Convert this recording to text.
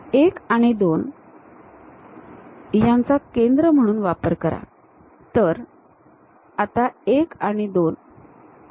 1 आणि 2 यांचा केंद्र म्हणून वापर करा